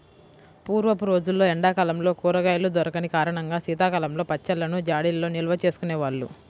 పూర్వపు రోజుల్లో ఎండా కాలంలో కూరగాయలు దొరికని కారణంగా శీతాకాలంలో పచ్చళ్ళను జాడీల్లో నిల్వచేసుకునే వాళ్ళు